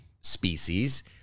species